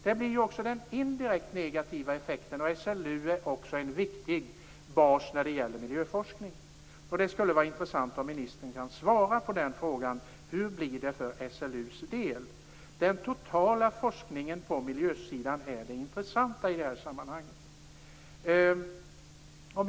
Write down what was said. Här uppstår också en indirekt negativ effekt, och SLU är också en viktig bas för miljöforskning. Det skulle vara intressant om ministern kunde svara på frågan hur det blir för SLU:s del? Det är den totala forskningen på miljöområdet som är det intressanta i sammanhanget.